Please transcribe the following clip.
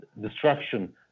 destruction